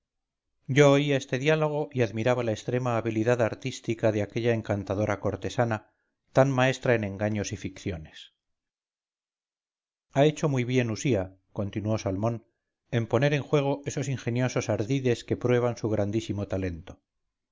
yo oía este diálogo y admiraba la extremada habilidad artística de aquella encantadora cortesana tan maestra en engaños y ficciones ha hecho muy bien usía continuó salmón en poner en juego esos ingeniosos ardides que prueban su grandísimo talento